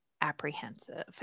apprehensive